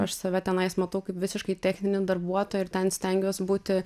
aš save tenais matau kaip visiškai techninį darbuotoją ir ten stengiuos būti